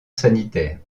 sanitaire